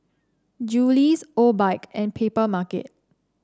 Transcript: Julie's Obike and Papermarket